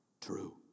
true